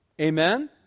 Amen